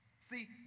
See